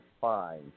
fine